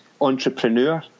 entrepreneur